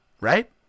right